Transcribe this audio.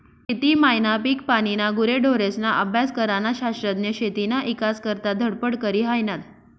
शेती मायना, पिकपानीना, गुरेढोरेस्ना अभ्यास करनारा शास्त्रज्ञ शेतीना ईकास करता धडपड करी हायनात